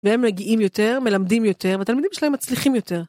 והם מגיעים יותר, מלמדים יותר, והתלמידים שלהם מצליחים יותר.